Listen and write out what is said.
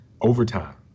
overtime